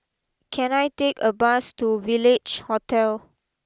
can I take a bus to Village Hotel